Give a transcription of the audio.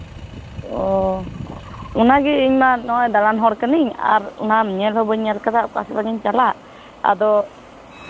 ᱚ ᱚᱱᱟᱜᱮ ᱤᱧᱢᱟ ᱱᱚᱜᱼᱚᱭ ᱫᱟᱬᱟᱱ ᱦᱚᱲ ᱠᱟᱹᱱᱟᱹᱧ ᱟᱨ ᱚᱱᱟ ᱧᱮᱠ ᱦᱚᱸ ᱵᱟᱹᱧ ᱧᱮᱞ ᱟᱠᱟᱫᱟ ᱚᱠᱟ ᱥᱮᱫ ᱵᱟᱝᱼᱤᱧ ᱪᱟᱞᱟᱜ ᱟᱫᱚ